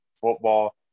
football